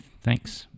Thanks